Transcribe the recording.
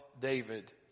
David